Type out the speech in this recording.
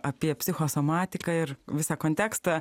apie psichosomatiką ir visą kontekstą